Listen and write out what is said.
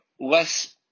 less